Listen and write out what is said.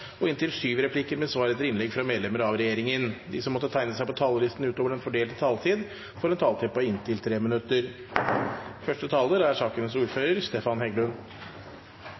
medlemmer av regjeringen, og de som måtte tegne seg på talerlisten utover den fordelte taletid, får også en taletid på inntil 3 minutter.